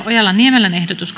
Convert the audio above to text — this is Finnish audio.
ojala niemelän ehdotus